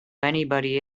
anybody